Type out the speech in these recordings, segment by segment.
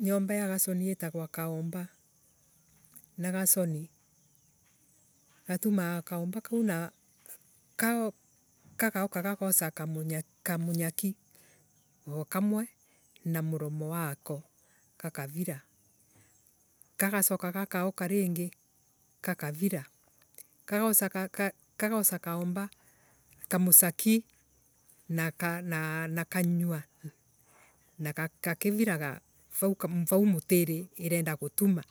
Nyomba ya gaconi itagwo kaomba. Na gaconi gatumaga kaomba kau na gagauka gagoca kaminyaki o kamwe na muromo wako kakavira kagacoka kagauka ringi gakavir. Gagacoka hahauka ringi kagoca kaomba Kamucaki na kaa Na kanywa kakiviraga vau mutiri irenda gutuma.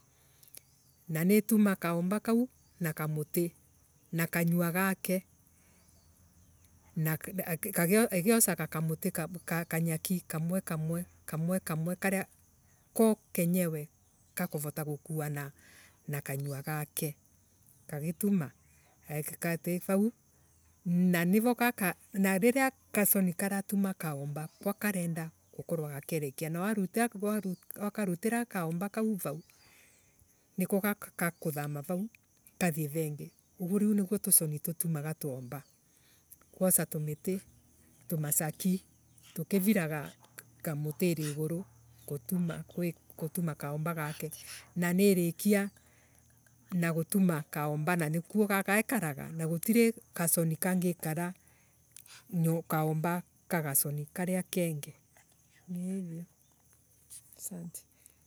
na nii tuma kaomba kau na kamuti na kanywa gake na igiocaga kamuti Kanyaki kamwe kamwe kamwe kamwe ko kenyewe gakuvota gukua na kanyua gake kagituma Gekati vau. na nivo gaka Na ririo gaconi karatuma kaomba kau vau nikwa gakuthama vau kathie vengi. Uguo niguo viu tuconi tutumaga tuomba. Guaoca tumiti na tumacaka tukiviraga mutiiri igiru gutuma. Gutuma kaomba gake. na niirikia na gutuma kaomba na nikuo gaekanga na gutiri gcori kangikara kaomba ka gaconi karia kengi.